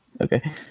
okay